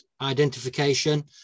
identification